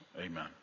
amen